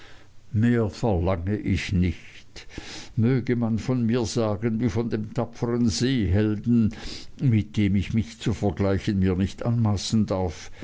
verlange ich nicht möge man von mir sagen wie von dem tapfern seehelden mit dem ich mich zu vergleichen mir nicht anmaßen darf